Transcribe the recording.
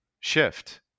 shift